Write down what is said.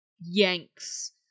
yanks